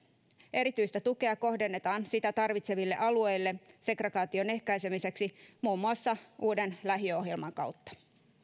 erityistä tukea kohdennetaan sitä tarvitseville alueille segregaation ehkäisemiseksi muun muassa uuden lähiöohjelman kautta